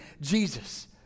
Jesus